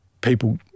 people